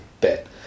bit